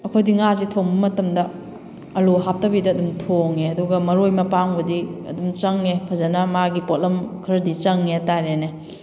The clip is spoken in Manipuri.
ꯑꯩꯈꯣꯏꯗꯤ ꯉꯥꯁꯦ ꯊꯣꯡꯕ ꯃꯇꯝꯗ ꯑꯂꯨ ꯍꯥꯞꯇꯕꯤꯗ ꯑꯗꯨꯝ ꯊꯣꯡꯉꯦ ꯑꯗꯨꯒ ꯃꯔꯣꯏ ꯃꯄꯥꯡꯕꯨꯗꯤ ꯑꯗꯨꯝ ꯆꯪꯉꯦ ꯐꯖꯅ ꯃꯥꯒꯤ ꯄꯣꯠꯂꯝ ꯈꯔꯗꯤ ꯆꯪꯉꯦ ꯍꯥꯏꯇꯥꯔꯦꯅꯦ